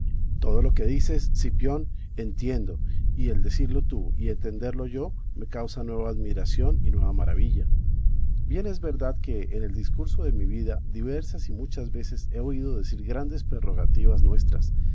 todo lo que dices cipión entiendo y el decirlo tú y entenderlo yo me causa nueva admiración y nueva maravilla bien es verdad que en el discurso de mi vida diversas y muchas veces he oído decir grandes prerrogativas nuestras